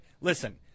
Listen